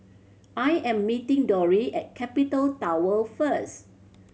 I am meeting Dori at Capital Tower first